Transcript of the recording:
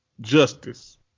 Justice